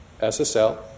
SSL